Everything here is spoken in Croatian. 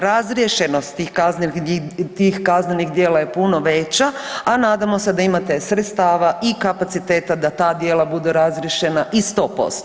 Razriješenost tih kaznenih djela je puno veća, a nadamo se da imate sredstava i kapaciteta da ta djela budu razriješena i 100%